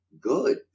good